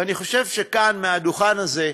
ואני חושב שכאן, מהדוכן הזה,